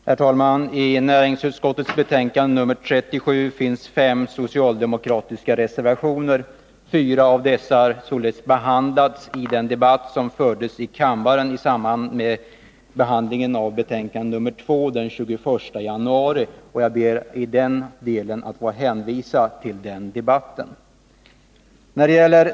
Herr talman! I näringsutskottets betänkande 39 finns fem socialdemokratiska reservationer. Fyra av dessa har behandlats i den debatt om näringsutskottets betänkande 2 som fördes i kammaren den 21 januari. Jag ber att i denna del få hänvisa till den debatten.